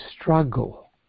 struggle